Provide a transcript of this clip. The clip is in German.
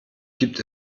gibt